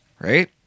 right